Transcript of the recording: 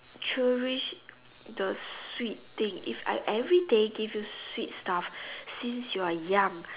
cherish the sweet thing if I everyday give you sweet stuff since you are young